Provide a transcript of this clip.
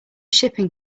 shipping